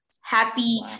happy